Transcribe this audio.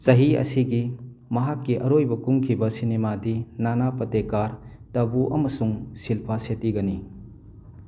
ꯆꯍꯤ ꯑꯁꯤꯒꯤ ꯃꯍꯥꯛꯀꯤ ꯑꯔꯣꯏꯕ ꯀꯨꯝꯈꯤꯕ ꯁꯤꯅꯦꯃꯥꯗꯤ ꯅꯥꯅꯥ ꯄꯇꯦꯀꯥꯔ ꯇꯕꯨ ꯑꯃꯁꯨꯡ ꯁꯤꯜꯄꯥ ꯁꯦꯠꯇꯤꯒꯅꯤ